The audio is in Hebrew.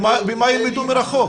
במה ילמדו מרחוק?